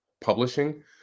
publishing